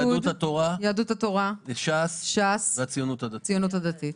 יהדות התורה, ש"ס והציונות הדתית.